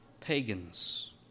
pagans